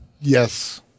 Yes